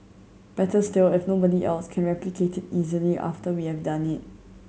better still if nobody else can replicate it easily after we have done it